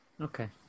Okay